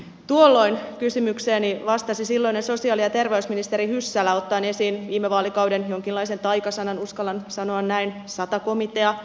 tuolloin kysymykseeni vastasi silloinen sosiaali ja terveysministeri hyssälä ottaen esiin viime vaalikauden jonkinlaisen taikasanan uskallan nyt sanoa näin sata komitean